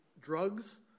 drugs